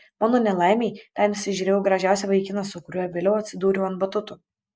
mano nelaimei ten įsižiūrėjau gražiausią vaikiną su kuriuo vėliau atsidūriau ant batuto